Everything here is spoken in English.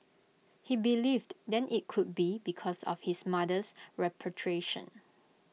he believed then IT could be because of his mother's repatriation